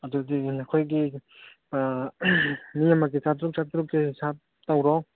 ꯑꯗꯨꯗꯤ ꯅꯈꯣꯏꯒꯤ ꯃꯤ ꯑꯃꯒꯤ ꯆꯥꯇ꯭ꯔꯨꯛ ꯆꯥꯇ꯭ꯔꯨꯛꯁꯦ ꯍꯤꯡꯁꯥꯞ ꯇꯧꯔꯣ